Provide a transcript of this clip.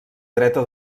dreta